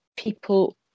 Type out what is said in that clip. people